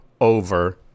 over